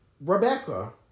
Rebecca